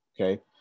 Okay